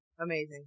amazing